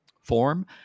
form